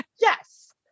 yes